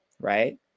right